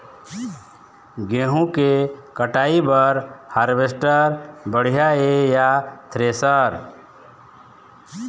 गेहूं के कटाई बर हारवेस्टर बढ़िया ये या थ्रेसर?